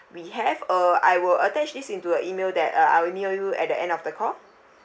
we have uh I will attach this into a email that uh I will mail you at the end of the call